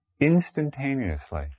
instantaneously